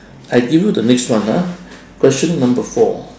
I give you the next one ah question number four